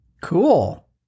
Cool